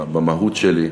במהות שלי.